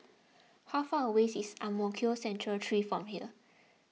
how far away is Ang Mo Kio Central three from here